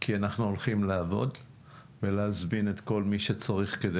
כי אנחנו הולכים לעבוד ולהזמין את כל מי שצריך כדי